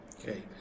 Okay